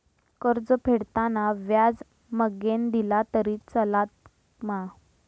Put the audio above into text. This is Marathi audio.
कर्ज फेडताना व्याज मगेन दिला तरी चलात मा?